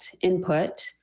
input